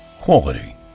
quality